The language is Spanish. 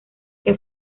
que